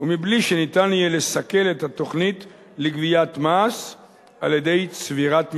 ומבלי שניתן יהיה לסכל את התוכנית לגביית מס על-ידי צבירת מלאים,